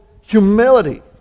humility